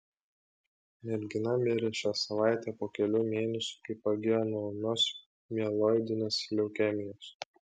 mergina mirė šią savaitę po kelių mėnesių kai pagijo nuo ūmios mieloidinės leukemijos